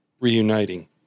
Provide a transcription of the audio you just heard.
reuniting